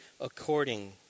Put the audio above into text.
According